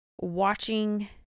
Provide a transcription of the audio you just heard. watching